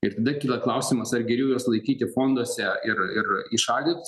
ir tada kyla klausimas ar geriau juos laikyti fonduose ir ir įšaldytus